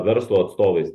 verslo atstovais